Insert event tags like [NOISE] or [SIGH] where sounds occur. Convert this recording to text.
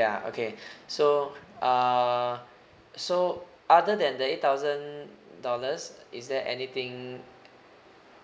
ya okay [BREATH] so uh so other than the eight thousand dollars is there anything